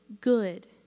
good